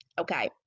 okay